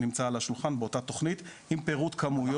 נמצא על השולחן באותה התכנית עם פירוט כמויות